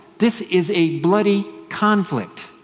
this is a bloody conflict,